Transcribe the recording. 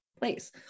place